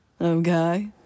Okay